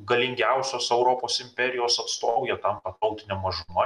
galingiausios europos imperijos atstovų jie tampa tautine mažuma